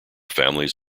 families